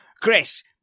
Chris